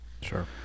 Sure